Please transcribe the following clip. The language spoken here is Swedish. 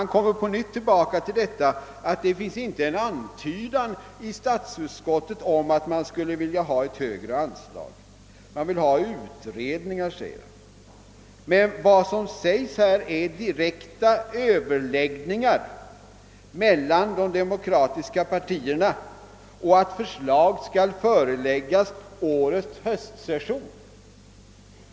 Men han kom på nytt tillbaka till detta, att det i statsutskottets utlåtande inte finns en antydan om att man vill höja anslaget ytterligare. Man vill bara ha utredningar, säger han. Vad som föreslås är direkta överläggningar mellan de demokratiska partierna och att förslag skall föreläggas årets höstsession.